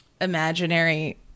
imaginary